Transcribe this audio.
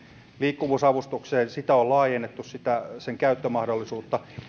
liikkuvuusavustusta on laajennettu sen käyttömahdollisuutta